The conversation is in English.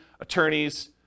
attorneys